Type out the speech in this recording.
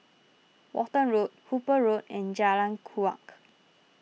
Walton Road Hooper Road and Jalan Kuak